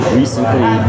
recently